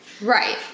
right